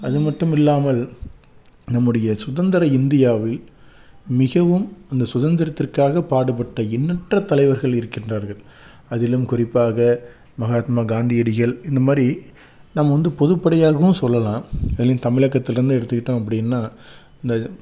அது மட்டும் இல்லாமல் நம்முடைய சுதந்திர இந்தியாவில் மிகவும் அந்த சுதந்திரத்திற்காக பாடுபட்ட எண்ணற்ற தலைவர்கள் இருக்கின்றார்கள் அதிலும் குறிப்பாக மகாத்மா காந்தியடிகள் இந்த மாதிரி நம்ம வந்து பொதுப்படையாகவும் சொல்லலாம் அதுலையும் தமிழகத்துலருந்து எடுத்துக்கிட்டோம் அப்படினா இந்த